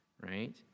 right